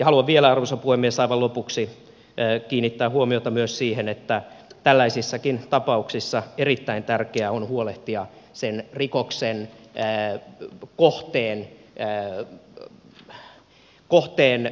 haluan vielä arvoisa puhemies aivan lopuksi kiinnittää huomiota myös siihen että tällaisissakin tapauksissa erittäin tärkeää on huolehtia sen rikoksen kohteen kää kupeenne